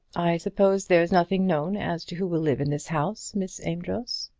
i suppose there's nothing known as to who will live in this house, miss amedroz?